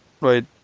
right